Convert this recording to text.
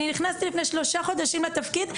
אני נכנסתי לפני שלושה חודשים לתפקיד,